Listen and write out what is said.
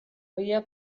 via